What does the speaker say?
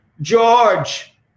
George